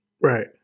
Right